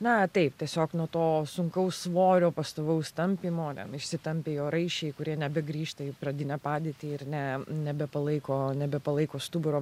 na taip tiesiog nuo to sunkaus svorio pastovaus tampymo ten išsitampė jo raiščiai kurie nebegrįžta į pradinę padėtį ir ne nebepalaiko nebepalaiko stuburo